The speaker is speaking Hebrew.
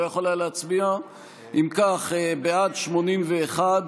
אם כך, בעד, 81,